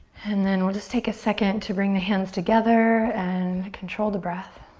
and then we'll just take a second to bring the hands together and control the breath.